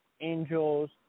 Angel's